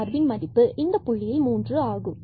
சார்பின் மதிப்பு இந்தப் புள்ளியில் 3 ஆகும்